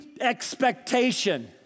expectation